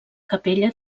capella